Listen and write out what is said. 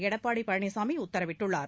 எடப்பாடி பழனிசாமி உத்தரவிட்டுள்ளார்